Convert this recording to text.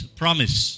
promise